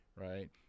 right